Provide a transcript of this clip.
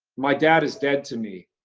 my dad is dead to me,